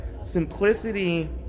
simplicity